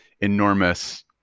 enormous